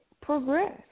progress